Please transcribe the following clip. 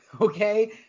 Okay